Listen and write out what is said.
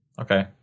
Okay